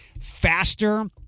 faster